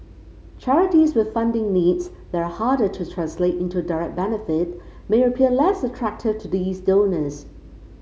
charities with funding needs that are harder to translate into direct benefit may appear less attractive to these donors